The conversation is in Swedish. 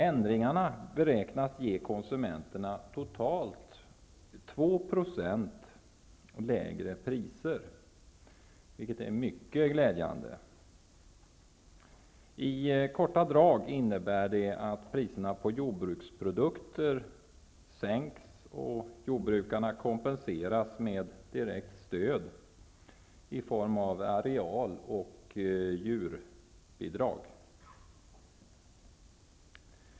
Ändringarna beräknas innebära totalt 2 % lägre priser för konsumenterna, vilket är mycket glädjande. I korta drag innebär det att priserna på jordbruksprodukter sänks. Jordbrukarna kompenseras med direkt stöd i form av areal och djurbidrag.